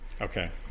Okay